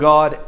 God